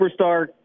superstar